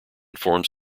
forms